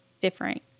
different